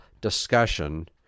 discussion